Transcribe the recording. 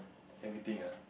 everything ah